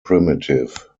primitive